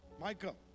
Michael